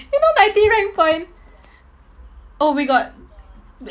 you know ninety rank point oh we got